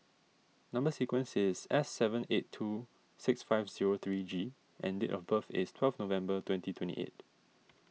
Number Sequence is S seven eight two six five zero three G and date of birth is twelve November twenty twenty eight